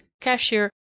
cashier